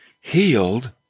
healed